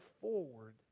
forward